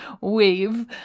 wave